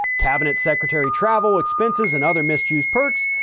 cabinet secretary travel expenses and other misused perks,